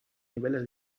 niveles